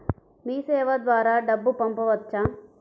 మీసేవ ద్వారా డబ్బు పంపవచ్చా?